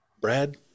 Brad